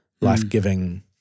life-giving